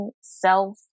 self